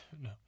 No